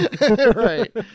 Right